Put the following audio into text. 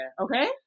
okay